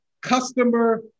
customer